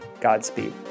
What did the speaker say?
Godspeed